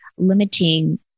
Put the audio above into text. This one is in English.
Limiting